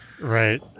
Right